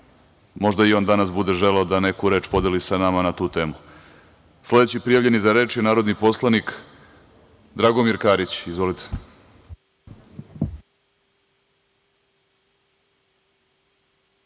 Možda i on danas bude želeo da neku reč podeli sa nama na tu temu. Sledeći prijavljeni za reč je narodni poslanik Dragomir Karić. Izvolite.